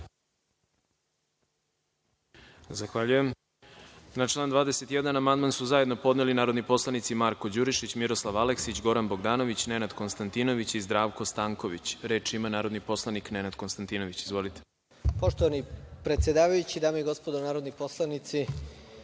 Zahvaljujem. Na član 21. Amandman su zajedno podneli narodni poslanici Marko Đurišić, Miroslava Aleksić, Goran Bogdanović, Nenad Konstantinović i Zdravko Stanković. Reč ima narodni poslanik Nenad Konstantinović. Izvolite. **Nenad Konstantinović** Poštovani predsedavajući, dame i gospodo narodni poslanici,